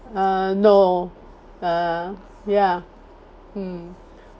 uh no uh ya mm